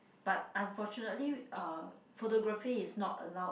but unfortunately uh photography is not allowed